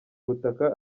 ubutaka